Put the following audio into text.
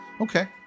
Okay